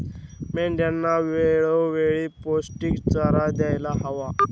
मेंढ्यांना वेळोवेळी पौष्टिक चारा द्यायला हवा